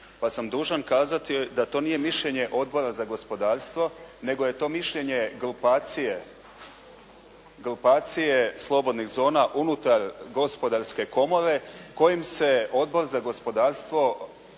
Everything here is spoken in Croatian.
Pa sam dužan kazati da to nije mišljenje Odbora za gospodarstvo, nego je to mišljenje grupacije slobodnih zona unutar Gospodarske komore kojim se Odbor za gospodarstvo